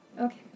Okay